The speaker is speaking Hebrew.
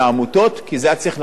כי זה היה צריך לעצור בדרך